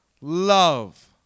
love